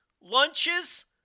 lunches